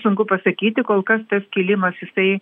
sunku pasakyti kol kas tas kilimas jisai